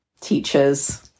teachers